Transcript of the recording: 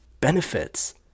benefits